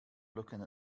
looking